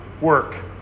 work